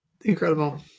Incredible